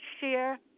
share